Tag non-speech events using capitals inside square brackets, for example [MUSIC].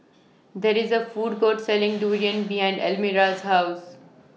There IS A Food Court Selling [NOISE] Durian behind Elmira's House